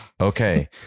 Okay